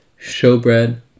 showbread